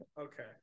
Okay